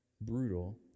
brutal